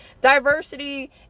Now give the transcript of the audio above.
Diversity